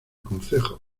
concejo